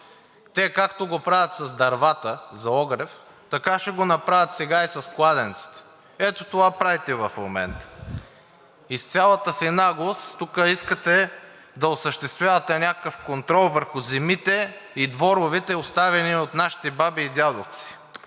те, както го правят с дървата за огрев, така ще го направят сега и с кладенците. Ето това правите в момента. И с цялата си наглост тук искате да осъществявате някакъв контрол върху земите и дворовете, оставени от нашите баби и дядовци.